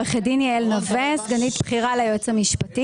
סגנית בכירה ליועץ המשפטי,